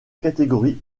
catégorie